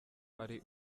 ari